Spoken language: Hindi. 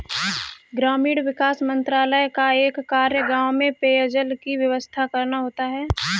ग्रामीण विकास मंत्रालय का एक कार्य गांव में पेयजल की व्यवस्था करना होता है